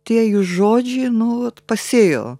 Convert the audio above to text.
tie jų žodžiai nu vat pasėjo